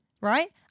right